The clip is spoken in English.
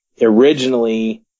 originally